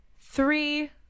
Three